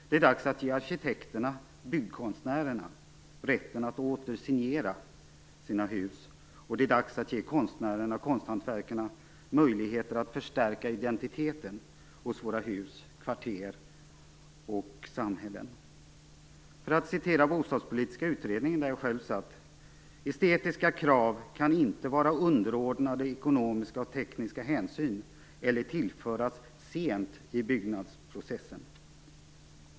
Det är dags att ge arkitekterna, byggkonstnärerna, rätten att åter "signera" sina hus, och det är dags att ge konstnärerna och konsthantverkarna möjligheter att förstärka identiteten hos våra hus, kvarter och samhällen. För att citera Bostadspolitiska utredningen, som jag själv satt med i: "Estetiska krav kan inte vara underordnade ekonomiska och tekniska hänsyn eller tillföras sent i byggprocessen".